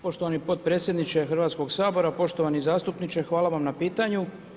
Poštovani potpredsjedniče Hrvatskog sabora, poštovani zastupniče hvala vam na pitanju.